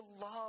love